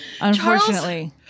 Unfortunately